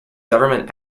government